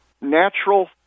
natural